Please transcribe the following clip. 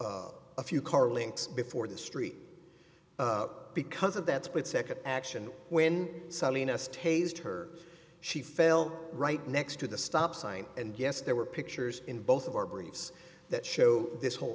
fall a few car links before the street because of that split nd action when selling us tasered her she fell right next to the stop sign and yes there were pictures in both of our briefs that show this whole